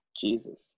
Jesus